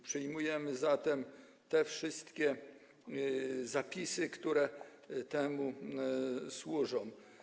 Przyjmujemy zatem wszystkie zapisy, które temu służą.